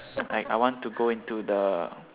like I want to go into the